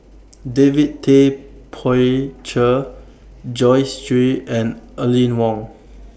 David Tay Poey Cher Joyce Jue and Aline Wong